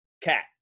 Cat